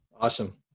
Awesome